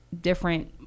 different